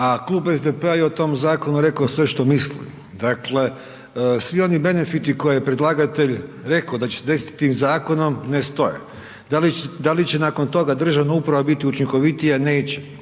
a klub SDP-a je o tom zakonu rekao sve što misli. Dakle svi oni benefiti koje je predlagatelj rekao da će se desiti tim zakonom ne stoje. Da li će nakon toga državna uprava biti učinkovitija? Neće.